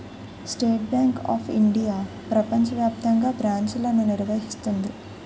state Bank of India ప్రపంచ వ్యాప్తంగా బ్రాంచ్లను నిర్వహిస్తుంది